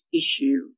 issue